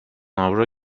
avro